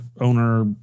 owner